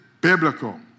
biblical